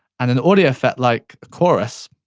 and an audio effect like chorus,